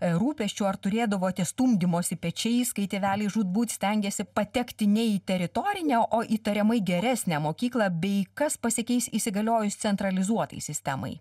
rūpesčių ar turėdavote stumdymosi pečiais kai tėveliai žūtbūt stengėsi patekti ne į teritorinę o įtariamai geresnę mokyklą bei kas pasikeis įsigaliojus centralizuotai sistemai